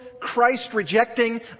Christ-rejecting